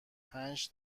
پنج